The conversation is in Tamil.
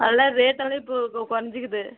அதெல்லாம் ரேட்டெல்லாம் இப்போ குறைஞ்சிக்கிது